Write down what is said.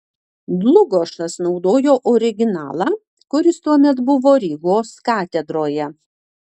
dlugošas naudojo originalą kuris tuomet buvo rygos katedroje